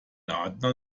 adler